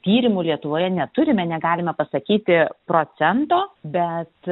tyrimų lietuvoje neturime negalime pasakyti procento bet